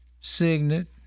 signet